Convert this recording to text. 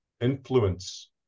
influence